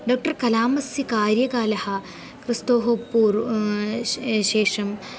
doctor कलामस्य कार्यकालः क्रिस्तोः पूर् शेषम्